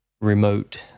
remote